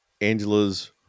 Angela's